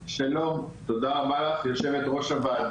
שלום, תודה רבה לך, יו"ר הועדה.